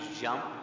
jump